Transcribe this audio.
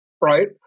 right